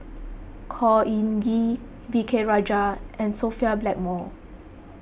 Khor Ean Ghee V K Rajah and Sophia Blackmore